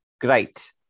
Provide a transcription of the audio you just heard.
Great